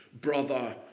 brother